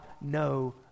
no